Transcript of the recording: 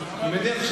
אני בטוח,